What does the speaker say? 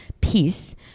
peace